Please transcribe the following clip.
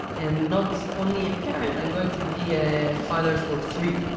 and not only a parent, i'm going to be a father for three.